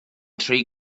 tri